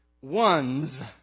ones